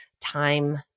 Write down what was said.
time